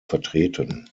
vertreten